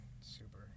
super